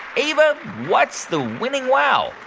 ava, what's the winning wow?